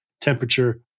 temperature